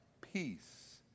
peace